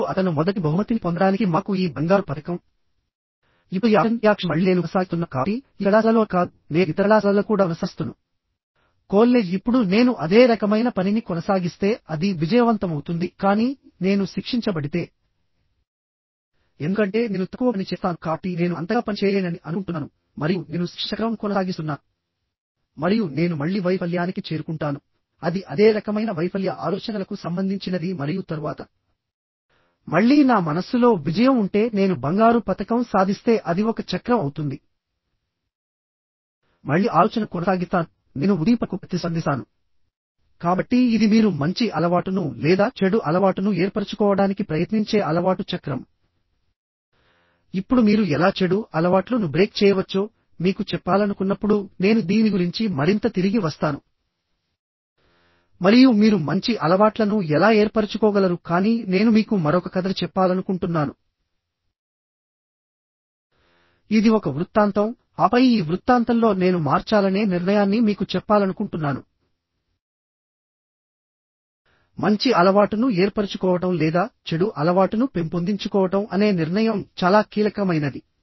మరియు అతను మొదటి బహుమతిని పొందడానికి మాకు ఈ బంగారు పతకం ఇప్పుడు యాక్షన్ రియాక్షన్ మళ్ళీ నేను కొనసాగిస్తున్నాను కాబట్టి ఈ కళాశాలలోనే కాదు నేను ఇతర కళాశాలలతో కూడా కొనసాగిస్తున్నాను కోల్లెజ్ ఇప్పుడు నేను అదే రకమైన పనిని కొనసాగిస్తే అది విజయవంతమవుతుంది కానీ నేను శిక్షించబడితే ఎందుకంటే నేను తక్కువ పని చేస్తాను కాబట్టి నేను అంతగా పని చేయలేనని అనుకుంటున్నాను మరియు నేను శిక్ష చక్రం ను కొనసాగిస్తున్నాను మరియు నేను మళ్ళీ వైఫల్యానికి చేరుకుంటానుఅది అదే రకమైన వైఫల్య ఆలోచనలకు సంబంధించినది మరియు తరువాత మళ్ళీ నా మనస్సులో విజయం ఉంటే నేను బంగారు పతకం సాధిస్తే అది ఒక చక్రం అవుతుంది మళ్ళీ ఆలోచనను కొనసాగిస్తాను నేను ఉద్దీపనకు ప్రతిస్పందిస్తాను కాబట్టి ఇది మీరు మంచి అలవాటును లేదా చెడు అలవాటును ఏర్పరచుకోవడానికి ప్రయత్నించే అలవాటు చక్రం ఇప్పుడు మీరు ఎలా చెడు అలవాట్లు ను బ్రేక్ చేయవచ్చో మీకు చెప్పాలనుకున్నప్పుడు నేను దీని గురించి మరింత తిరిగి వస్తాను మరియు మీరు మంచి అలవాట్లను ఎలా ఏర్పరచుకోగలరు కానీ నేను మీకు మరొక కథ చెప్పాలనుకుంటున్నాను ఇది ఒక వృత్తాంతంఆపై ఈ వృత్తాంతంలో నేను మార్చాలనే నిర్ణయాన్ని మీకు చెప్పాలనుకుంటున్నాను మంచి అలవాటును ఏర్పరచుకోవడం లేదా చెడు అలవాటును పెంపొందించుకోవడం అనే నిర్ణయం చాలా కీలకమైనది